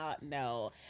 no